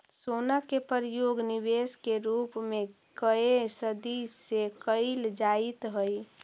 सोना के प्रयोग निवेश के रूप में कए सदी से कईल जाइत हई